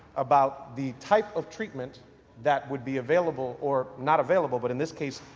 about the type of treatment that would be available or not available but in this case,